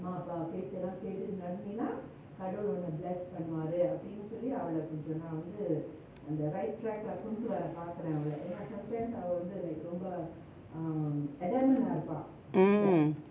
mm